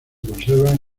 conservan